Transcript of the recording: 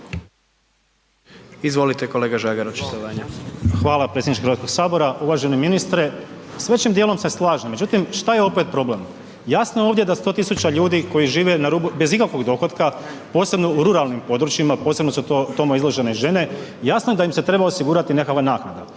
očitovanje. **Žagar, Tomislav (HSU)** Hvala, predsjedniče Hrvatskog sabora. Uvaženi ministre, s većim djelom se slažem, međutim, šta je opet problem? Jasno je ovdje da 100 000 ljudi koji žive na rubu, bez ikakvog dohotka, posebno u ruralnim područjima, posebno su tome izložene i žene, jasno je da im se treba osigurati nekakva naknada